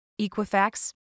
Equifax